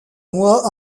mois